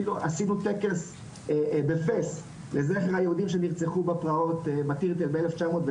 אפילו עשינו טקס בפס לזכר היהודים שנרצחו בפרעות בהתריתל ב-1912,